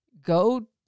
go